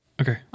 Okay